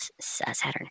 Saturn